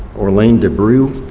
orlean de brieux,